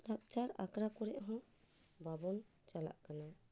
ᱞᱟᱠᱪᱟᱨ ᱟᱠᱷᱲᱟ ᱠᱚᱨᱮᱦᱚᱸ ᱵᱟᱵᱚᱱ ᱪᱟᱞᱟᱜ ᱠᱟᱱᱟ